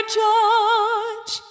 judge